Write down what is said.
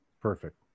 Perfect